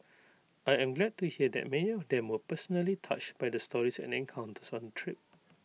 I am glad to hear that many of them were personally touched by the stories and encounters on trip